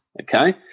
okay